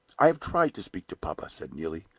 i have tried to speak to papa, said neelie.